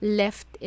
left